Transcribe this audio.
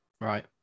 right